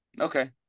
Okay